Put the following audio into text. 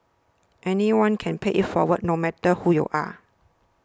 anyone can pay it forward no matter who you are